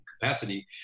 capacity